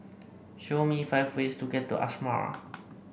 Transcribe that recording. show me five ways to get to Asmara